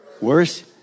Worse